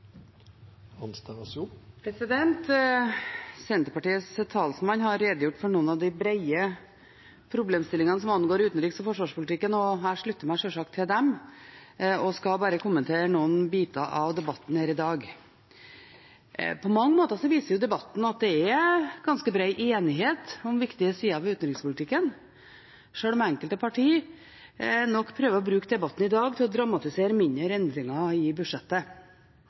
Senterpartiets talsmann har redegjort for noen av de brede problemstillingene som angår utenriks- og forsvarspolitikken. Jeg slutter meg sjølsagt til dem og skal bare kommentere noen biter av debatten her i dag. På mange måter viser debatten at det er ganske bred enighet om viktige sider av utenrikspolitikken, sjøl om enkelte partier nok prøver å bruke debatten i dag til å dramatisere mindre endringer i budsjettet.